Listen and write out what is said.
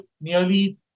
nearly